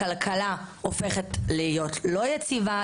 הכלכל הופכת להיות לא יציבה,